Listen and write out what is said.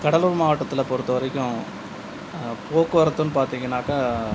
கடலூர் மாவட்டத்தில் பொறுத்த வரைக்கும் போக்குவரத்துன்னு பார்த்திங்கன்னாக்கா